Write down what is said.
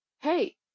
hey